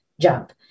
jump